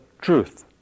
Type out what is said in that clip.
truth